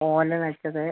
ഓല വെച്ചത്